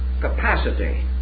capacity